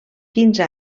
quinze